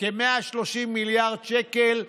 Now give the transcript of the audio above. כ-130 מיליארד שקל,